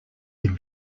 would